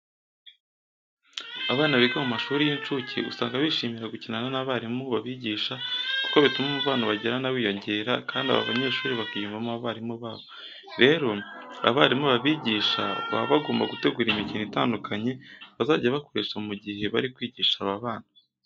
Abana biga mu mashuri y'incuke usanga bishimira gukinana n'abarimu babigisha kuko bituma umubano bagirana wiyongera kandi aba banyeshuri bakiyumvamo abarimu babo. Rero, abarimu babigisha baba bagomba gutegura imikino itandukanye bazajya bakoresho mu gihe bari kwigisha aba bana.